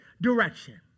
direction